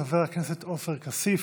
חבר הכנסת עופר כסיף,